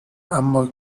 اما